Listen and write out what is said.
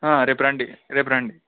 రేపు రాండి రేపు రాండి